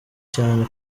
cyane